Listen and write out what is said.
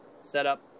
setup